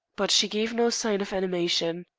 but she gave no sign of animation.